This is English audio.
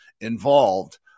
involved